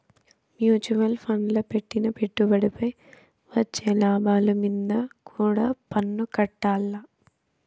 mutual ఫండ్ల పెట్టిన పెట్టుబడిపై వచ్చే లాభాలు మీంద కూడా పన్నుకట్టాల్ల